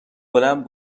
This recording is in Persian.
بلند